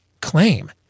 claim